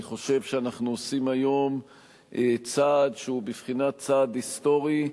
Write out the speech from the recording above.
אני חושב שאנחנו עושים היום צעד שהוא בבחינת צעד היסטורי,